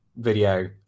video